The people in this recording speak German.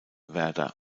werder